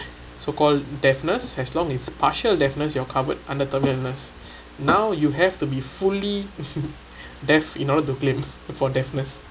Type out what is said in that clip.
so called deafness as long as partial deafness you are covered under terminal illness now you have to be fully deaf in order to claim for deafness